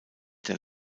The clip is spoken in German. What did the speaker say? der